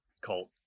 cult